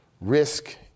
risk